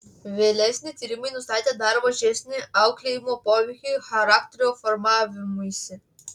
vėlesni tyrimai nustatė dar mažesnį auklėjimo poveikį charakterio formavimuisi